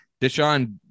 Deshaun